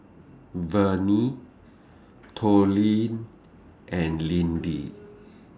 Verne Tollie and Lidie